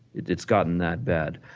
it's gotten that bad.